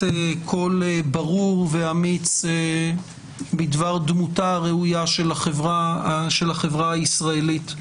קול ברור ואמיץ בדבר דמותה הראויה של החברה הישראלית.